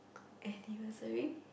anniversary